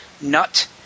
nut